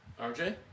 RJ